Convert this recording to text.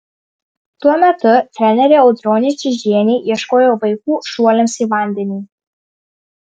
tuo metu trenerė audronė čižienė ieškojo vaikų šuoliams į vandenį